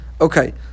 Okay